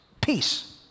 Peace